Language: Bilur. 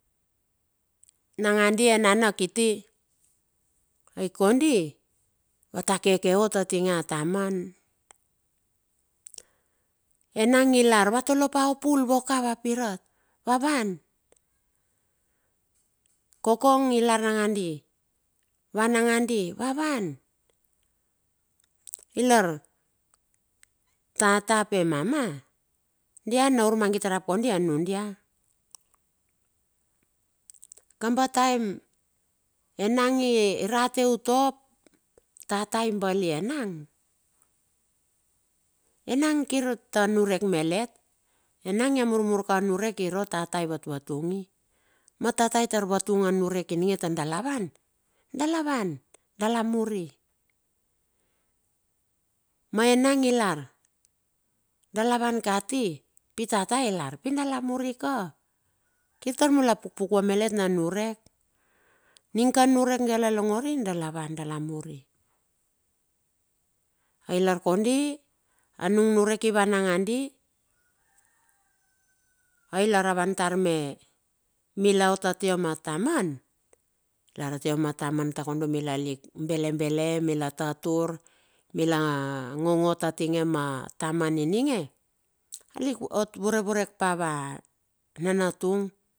Nagadi enana kiti ai kondi vatakeke ot atinge ataman. Enag i lar a pal vuaka va pirat va wan. Kokong i lar nangadi, va wan nangadi, va wan i lar. Tata ap enama, dia na urmangit rap kondi a nudia. Kaba taem, enang i rate utua ap tata enam. Enang kir ta niurek malet, enang ya mamur ka niurek i rua tete vatvatung. Ma tata i tar vatungi a niurek tar dala van, dala van dala mar e. Ma enang i lar dala van kati pi tata i lar pi dala muri ka, kir tar dala pukpukue ma let na niurek. Ning ka niurek dala longori dala van dala muri. Ai la kondi nung niurek evan nangandi. Ai lar a vantar me mila ot atia ma taman, ilar atia ma taman tayodo mila lik belebele, mila tatur mila nonot a a- atinge ma taman ininge a ot lik vurevurek pa va natung.